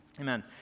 Amen